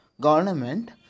government